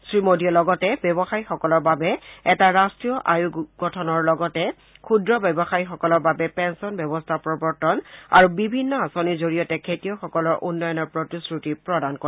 শ্ৰী মোদীয়ে লগতে ব্যৱসায়ীসকলৰ বাবে এটা ৰাষ্ট্ৰীয় আয়োগ গঠনৰ লগতে ক্ষুদ্ৰ ব্যৱসায়ীসকলৰ বাবে পেঞ্চন ব্যৱস্থা প্ৰৱৰ্তন আৰু বিভিন্ন আঁচনিৰ জৰিয়তে খেতিয়কসকলৰ উন্নয়নৰ প্ৰতিশ্ৰুতি প্ৰদান কৰে